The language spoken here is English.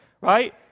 right